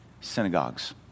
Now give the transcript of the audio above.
Synagogues